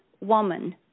woman